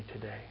today